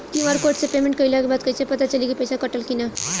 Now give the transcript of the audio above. QR code से payment कईला के बाद कईसे पता चली की पैसा कटल की ना?